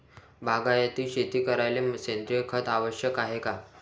बागायती शेती करायले सेंद्रिय खत आवश्यक हाये का?